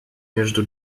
между